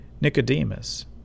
Nicodemus